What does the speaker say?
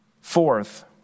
Fourth